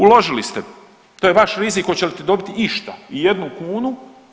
Uložili ste, to je vaš rizik hoćete li dobiti išta ijednu kunu.